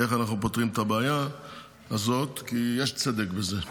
איך אנחנו פותרים את הבעיה הזאת, כי יש צדק בזה.